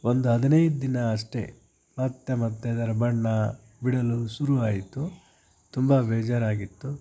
ಒಂದು ಹದಿನೈದು ದಿನ ಅಷ್ಟೆ ಮತ್ತೆ ಮತ್ತೆ ಅದರ ಬಣ್ಣ ಬಿಡಲು ಶುರುವಾಯಿತು ತುಂಬ ಬೇಜಾರು ಆಗಿತ್ತು